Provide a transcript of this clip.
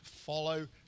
follow